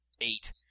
Eight